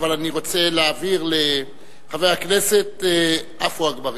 אבל אני רוצה להעביר לחבר הכנסת עפו אגבאריה.